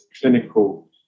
clinical